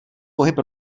pohyb